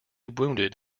wounded